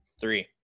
three